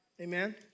amen